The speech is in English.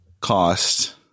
cost